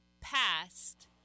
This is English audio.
past